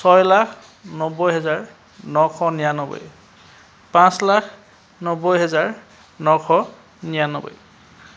ছয় লাখ নব্বৈ হেজাৰ নশ নিৰান্নব্বৈ পাঁচ লাখ নব্বৈ হেজাৰ নশ নিৰান্নব্বৈ